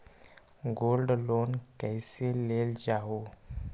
Gold loan कईसे लेल जाहु?